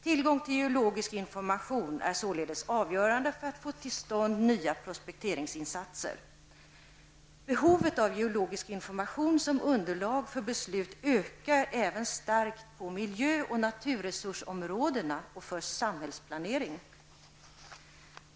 Tillgång till geologisk information är således avgörande för att få till stånd nya prospekteringsinsatser. Behovet av geologisk information som underlag för beslut ökar starkt även på miljö och naturresursområdena och för samhällsplanering.